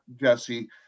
Jesse